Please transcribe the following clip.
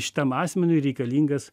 šitam asmeniui reikalingas